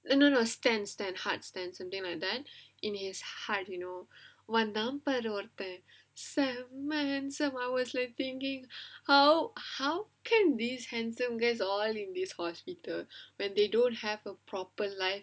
eh no no no stand stand heart stand something like that in his heart you know வந்தான் பாரு ஒருத்தன் செம்ம:vandhaan paaru oruthan semma so handsome I was like thinking how how can these handsome guys all in this hospital when they don't have a proper life